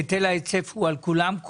היטל ההיצף הוא על כולם?